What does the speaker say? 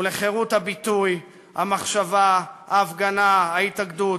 לחירות הביטוי, המחשבה, ההפגנה, ההתאגדות,